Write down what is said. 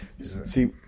See